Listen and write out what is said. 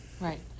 Right